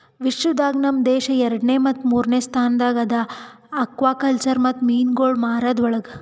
ವಿಶ್ವ ದಾಗ್ ನಮ್ ದೇಶ ಎರಡನೇ ಮತ್ತ ಮೂರನೇ ಸ್ಥಾನದಾಗ್ ಅದಾ ಆಕ್ವಾಕಲ್ಚರ್ ಮತ್ತ ಮೀನುಗೊಳ್ ಮಾರದ್ ಒಳಗ್